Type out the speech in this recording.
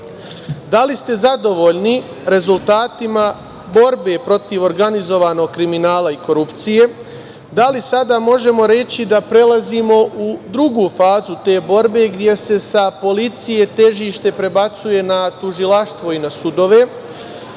Da li ste zadovoljni rezultatima borbe protiv organizovanog kriminala i korupcije? Da li sada možemo reći da prelazimo u drugu fazu te borbe gde se sa policije težište prebacuje na tužilaštvo i na sudove